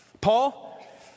Paul